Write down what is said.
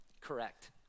Correct